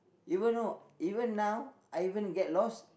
you want know even now I even get lost